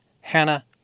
Hannah